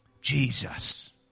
Jesus